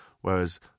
whereas